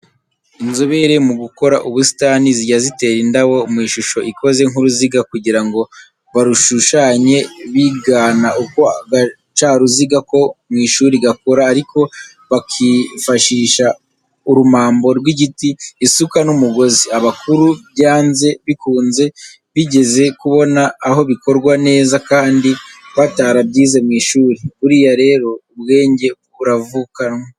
Inzobere mu gukora ubusitani zijya zitera indabo mu ishusho ikoze nk'uruziga kugira ngo barushushanye bigana uko agacaruziga ko mu ishuri gakora, ariko bakifashisha urumambo rw'igiti, isuka n'umugozi. Abakuru byanze bikunze bigeze kubona aho bikorwa neza kandi batarabyize mu ishuri, buriya rero ubwenge buravukanwa.